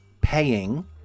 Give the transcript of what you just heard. paying